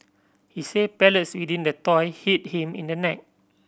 he said pellets within the toy hit him in the neck